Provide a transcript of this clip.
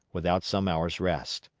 without some hours' rest.